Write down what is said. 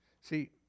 See